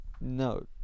No